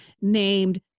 named